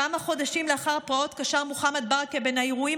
כמה חודשים לאחר הפרעות קשר מוחמד ברכה בין האירועים